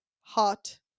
hot